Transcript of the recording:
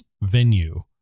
venue